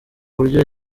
buryo